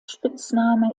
spitzname